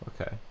Okay